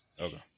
Okay